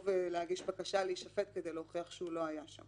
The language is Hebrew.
אבל עדיין יש עבירות מינהליות עם קנסות בסדר גודל זה.